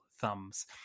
thumbs